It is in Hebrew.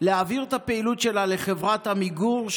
ולהעביר את הפעילות שלה לחברת עמיגור,